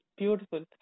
beautiful